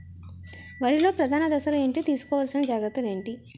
వరిలో ప్రధాన దశలు ఏంటి? తీసుకోవాల్సిన జాగ్రత్తలు ఏంటి?